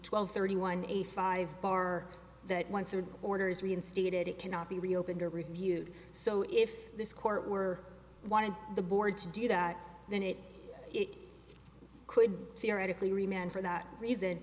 twelve thirty one a five bar that once or orders reinstated it cannot be reopened or reviewed so if this court were one of the board to do that then it could theoretically remain for that reason